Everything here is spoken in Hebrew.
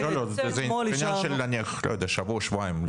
לאותם פקידים שלנו שמקבלים בסוף את האזרחים.